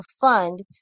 fund